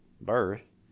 birth